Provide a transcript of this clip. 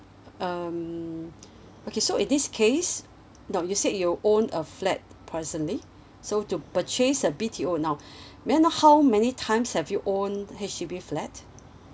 um okay so in this case now you said you own a flat presently so to purchase a B_T_O now may I know how many times have you own H_D_B flat